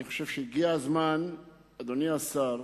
אני חושב שהגיע הזמן, אדוני השר,